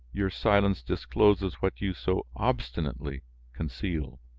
your silence discloses what you so obstinately conceal.